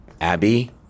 Abby